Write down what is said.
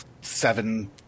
seven